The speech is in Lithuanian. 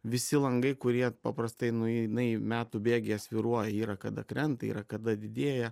visi langai kurie paprastai nu jinai metų bėgyje svyruoja yra kada krenta yra kada didėja